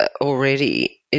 already